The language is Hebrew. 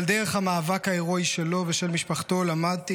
אבל דרך המאבק ההירואי שלו ושל משפחתו למדתי